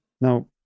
Now